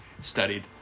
studied